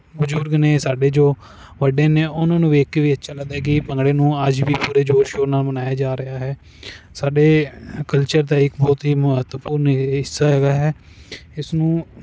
ਬਜ਼ੁਰਗ ਨੇ ਸਾਡੇ ਜੋ ਵੱਡੇ ਨੇ ਉਨ੍ਹਾਂ ਨੂੰ ਵੇਖ ਕੇ ਵੀ ਅੱਛਾ ਲੱਗਦਾ ਕਿ ਭੰਗੜੇ ਨੂੰ ਅੱਜ ਵੀ ਪੂਰੇ ਜ਼ੋਰ ਸ਼ੋਰ ਨਾਲ ਮਨਾਇਆ ਜਾ ਰਿਹਾ ਹੈ ਸਾਡੇ ਕਲਚਰ ਦਾ ਇੱਕ ਬਹੁਤ ਹੀ ਮਹੱਤਵਪੂਰਨ ਹਿੱਸਾ ਹੈਗਾ ਹੈ ਇਸਨੂੰ